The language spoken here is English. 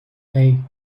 hey